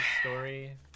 story